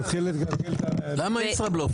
תתחיל להתגלגל --- למה ישראבלוף?